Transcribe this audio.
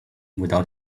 without